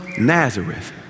Nazareth